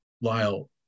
Lyle